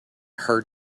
her